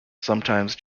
sometimes